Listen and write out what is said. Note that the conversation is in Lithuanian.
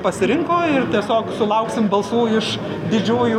pasirinko ir tiesiog sulauksim balsų iš didžiųjų